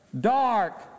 dark